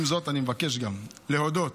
אני מבקש גם להודות